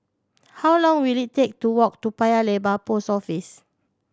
how long will it take to walk to Paya Lebar Post Office